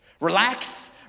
Relax